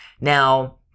Now